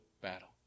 battle